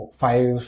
five